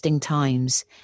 times